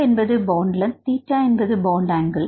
L என்பது bond length theta என்பது bond angle